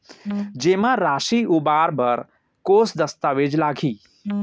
जेमा राशि उबार बर कोस दस्तावेज़ लागही?